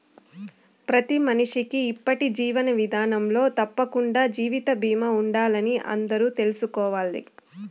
ప్రతి మనిషికీ ఇప్పటి జీవన విదానంలో తప్పకండా జీవిత బీమా ఉండాలని అందరూ తెల్సుకోవాలి